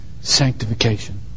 sanctification